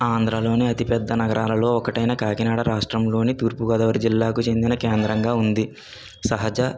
ఆంధ్రలోని అతిపెద్ద నగరాలల్లో ఒకటైన కాకినాడ రాష్ట్రంలోని తూర్పుగోదావరి జిల్లాకు చెందిన కేంద్రంగా ఉంది సహజ